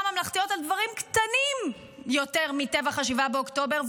ממלכתיות על דברים קטנים יותר מטבח 7 באוקטובר,